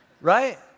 right